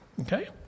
Okay